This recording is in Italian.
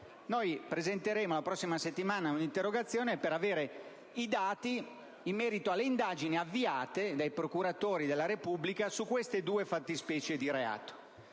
presenteremo un'interrogazione per avere i dati in merito alle indagini avviate dai procuratori della Repubblica su queste due fattispecie di reato.